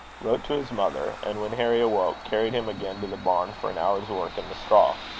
wrote to his mother, and, when harry awoke, carried him again to the barn for an hour's work in the straw.